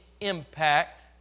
impact